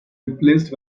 replaced